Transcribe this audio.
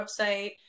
website